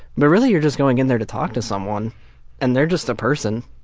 but really you're just going in there to talk to someone and they're just a person.